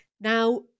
now